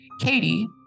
Katie